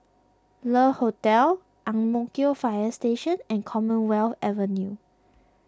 Le Hotel Ang Mo Kio Fire Station and Commonwealth Avenue